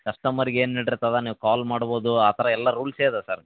ಕಸ್ಟಮರ್ಗೆ ಏನು ನೀಡಿರ್ತದೆ ನೀವು ಕಾಲ್ ಮಾಡ್ಬೋದು ಆ ಥರ ಎಲ್ಲ ರೂಲ್ಸೆ ಇದೆ ಸರ್